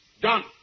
Done